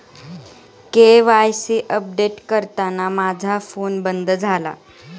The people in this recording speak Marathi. के.वाय.सी अपडेट करताना माझा फोन बंद झाला